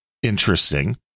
Interesting